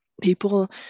people